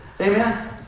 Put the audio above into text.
Amen